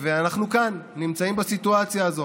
ואנחנו כאן, נמצאים בסיטואציה הזאת.